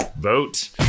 vote